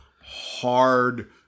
hard